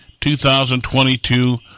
2022